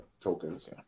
tokens